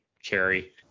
cherry